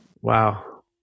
wow